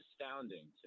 astounding